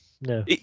no